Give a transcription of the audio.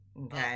okay